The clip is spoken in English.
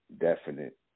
definite